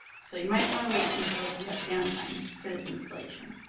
so you might want to wait until you have down time for this installation.